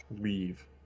leave